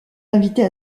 invités